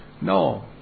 No